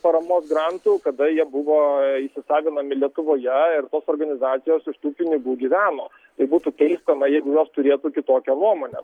paramos grantų kada jie buvo įsisavinami lietuvoje ir tos organizacijos iš tų pinigų gyveno tai būtų keista na jeigu jos turėtų kitokią nuomonę